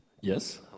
Yes